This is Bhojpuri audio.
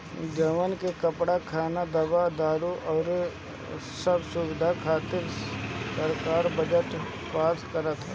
जवान के कपड़ा, खाना, दवा दारु अउरी सब सुबिधा खातिर सरकार बजट पास करत ह